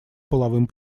половым